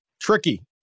Tricky